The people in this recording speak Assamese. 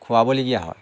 খুৱাবলগীয়া হয়